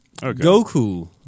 Goku